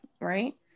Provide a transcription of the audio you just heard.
right